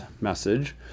message